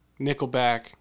Nickelback